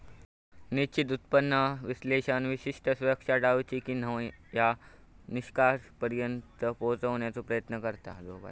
निश्चित उत्पन्न विश्लेषक विशिष्ट सुरक्षा टाळूची की न्हाय या निष्कर्षापर्यंत पोहोचण्याचो प्रयत्न करता